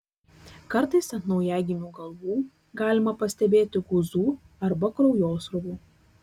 kartais ant naujagimių galvų galima pastebėti guzų arba kraujosruvų